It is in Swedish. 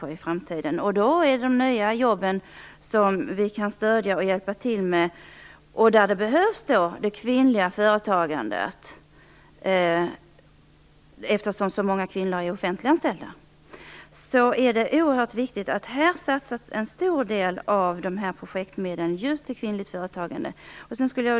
Det är för tillskapandet av nya jobb, där det behövs kvinnligt företagande, som vi kan ge stöd och hjälp. Då behövs det kvinnliga företagandet, eftersom det är så många kvinnor som är offentliganställda. Därför är det oerhört viktigt att en stor del av projektmedlen satsas på just kvinnligt företagande.